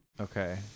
Okay